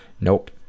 nope